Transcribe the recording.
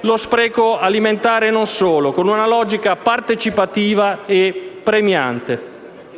lo spreco alimentare e non solo, con una logica partecipativa e premiante.